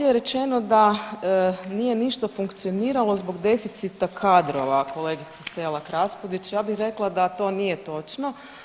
Ovdje je rečeno da nije ništa funkcioniralo zbog deficita kadrova kolegice Selak Raspudić, ja bi rekla da to nije točno.